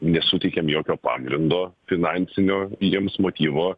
nesuteikiam jokio pagrindo finansinio jiems motyvo